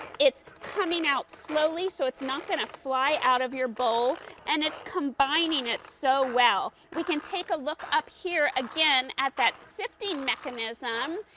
it's coming out slowly so it's not going to fly out of your but fall and it's combining it so well. you can take a look up here again at that sifting mechanism,